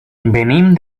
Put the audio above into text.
venim